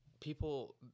people